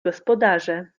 gospodarze